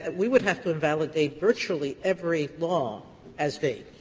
and we would have to invalidate virtually every law as vague.